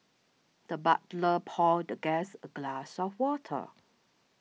the butler poured the guest a glass of water